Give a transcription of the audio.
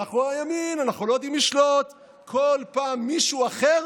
אנחנו, הימין, לא יודעים לשלוט, כל פעם מישהו אחר